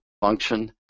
function